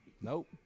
Nope